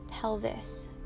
pelvis